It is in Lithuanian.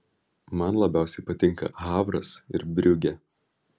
man labiausiai patinka havras ir briugė